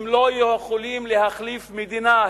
הם לא יכולים להחליף מדינה,